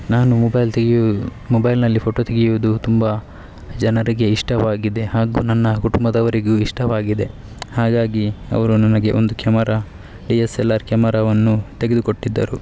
ನಾನು ಮೊಬೈಲ್ ತೆಗೆಯುವು ಮೊಬೈಲ್ನಲ್ಲಿ ಫೋಟೋ ತೆಗೆಯುವುದು ತುಂಬ ಜನರಿಗೆ ಇಷ್ಟವಾಗಿದೆ ಹಾಗೂ ನನ್ನ ಕುಟುಂಬದವರಿಗೂ ಇಷ್ಟವಾಗಿದೆ ಹಾಗಾಗಿ ಅವರು ನನಗೆ ಒಂದು camera D S L R ಕ್ಯಾಮರಾವನ್ನು ತೆಗೆದುಕೊಟ್ಟಿದ್ದರು